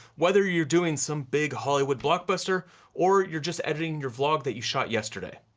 whether you're doing some big hollywood blockbuster or you're just editing your vlog that you shot yesterday.